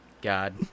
God